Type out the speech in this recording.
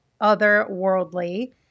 otherworldly